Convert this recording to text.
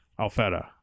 Alfetta